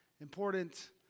Important